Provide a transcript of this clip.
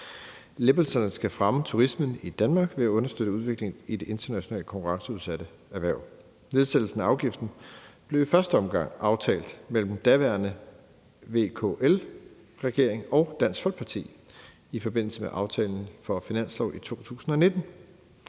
Lempelserne skal fremme turismen i Danmark ved at understøtte udviklingen i det internationalt konkurrenceudsatte erhverv. Nedsættelsen af afgiften blev i første omgang aftalt mellem den daværende VLAK-regering og Dansk Folkeparti i forbindelse med aftalen om finansloven for 2019.